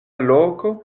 loko